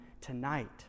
tonight